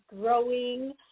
growing